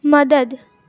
મદદ